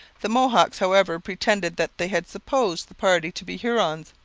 the mohawks, however, pretended that they had supposed the party to be hurons,